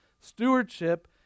Stewardship